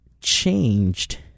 changed